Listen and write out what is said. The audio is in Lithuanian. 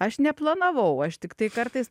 aš neplanavau aš tiktai kartais